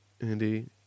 Andy